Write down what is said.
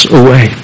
away